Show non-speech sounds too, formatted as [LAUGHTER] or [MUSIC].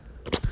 [NOISE]